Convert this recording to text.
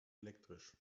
elektrisch